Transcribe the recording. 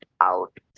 out